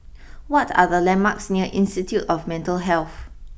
what are the landmarks near Institute of Mental Health